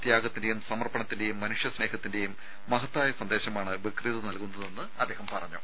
ത്യാഗത്തിന്റെയും സമർപ്പണത്തിന്റെയും മനുഷ്യ സ്നേഹത്തിന്റെയും മഹത്തായ സന്ദേശമാണ് ബക്രീദ് നൽകുന്നതെന്ന് അദ്ദേഹം പറഞ്ഞു